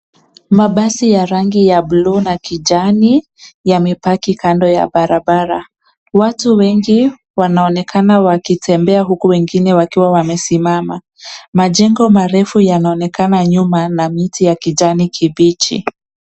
Mabasi ya rangi ya buluu na kijani yamepaki kando ya barabara. Watu wengi wanaonekana wakitembea huku wengine wakiwa wamesimama. Majengo marefu yanaonekana nyuma na miti ya kijani kibichi.